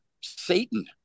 Satan